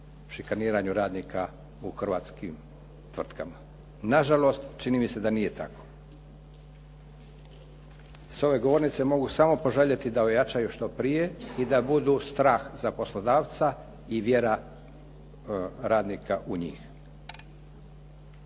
šikaniranju radnika u hrvatskim tvrtkama. Nažalost, čini mi se da nije tako. S ove govornice mogu samo poželjeti da ojačaju što prije i da budu strah za poslodavca i vjera radnika u njih.